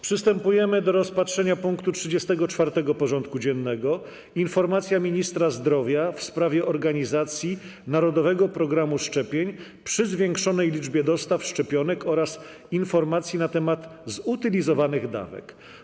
Przystępujemy do rozpatrzenia punktu 34. porządku dziennego: Informacja Ministra Zdrowia w sprawie organizacji Narodowego Programu Szczepień przy zwiększonej liczbie dostaw szczepionek oraz informacji na temat zutylizowanych dawek.